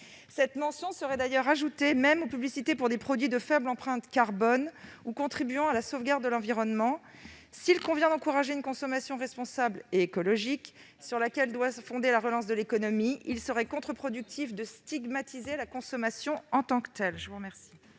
cette mention serait même ajoutée aux publicités pour des produits de faible empreinte carbone ou contribuant à la sauvegarde de l'environnement. S'il convient d'encourager une consommation responsable et écologique, sur laquelle doit se fonder la relance de l'économie, il serait contre-productif de stigmatiser la consommation en tant que telle. La parole